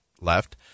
left